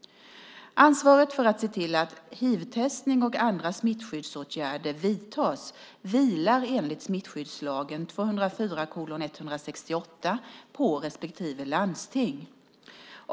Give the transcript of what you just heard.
Ansvaret för att se till att hivtestning och andra smittskyddsåtgärder vidtas vilar enligt smittskyddslagen på respektive landsting.